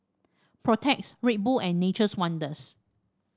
Protex Red Bull and Nature's Wonders